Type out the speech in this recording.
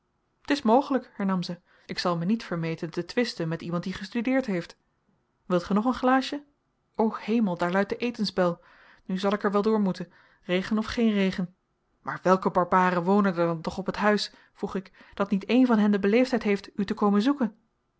t is mogelijk hernam zij ik zal mij niet vermeten te twisten met iemand die gestudeerd heeft wilt gij nog een glaasje o hemel daar luidt de etensbel nu zal ik er wel door moeten regen of geen regen maar welke barbaren wonen er dan toch op het huis vroeg ik dat niet een van hen de beleefdheid heeft u te komen zoeken